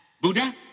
Buddha